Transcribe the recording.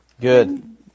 Good